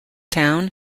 town